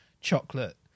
chocolate